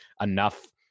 enough